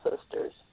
sisters